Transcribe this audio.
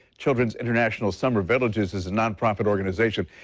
children's international summer villages is a non-profit organization.